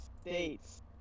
States